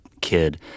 kid